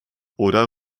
oder